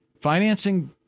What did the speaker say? Financing